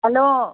hello